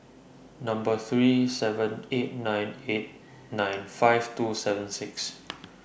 three seven eight nine eight nine five two seven six